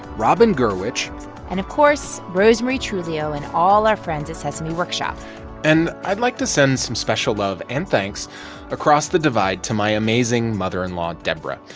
robin gurwitch and, of course, rosemarie truglio and all our friends at sesame workshop and i'd like to send some special love and thanks across the divide to my amazing mother-in-law, deborah.